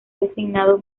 designado